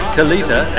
Kalita